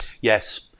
yes